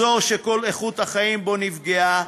אזור שכל איכות החיים בו נפגעה,